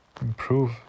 ...improve